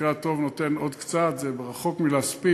במקרה הטוב נותן עוד קצת, זה עוד רחוק מלהספיק.